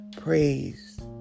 praised